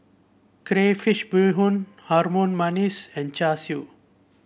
Crayfish Beehoon Harum Manis and Char Siu